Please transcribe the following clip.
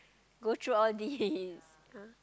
go through all these